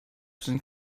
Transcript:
sind